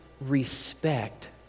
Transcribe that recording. respect